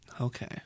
Okay